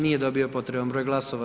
Nije dobio potreban broj glasova.